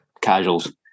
casuals